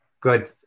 good